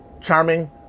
charming